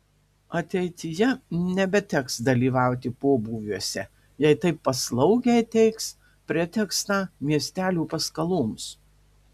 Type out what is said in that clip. ateityje nebeteks dalyvauti pobūviuose jei taip paslaugiai teiks pretekstą miestelio paskaloms